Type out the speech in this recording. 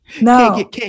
No